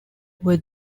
were